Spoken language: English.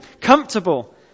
comfortable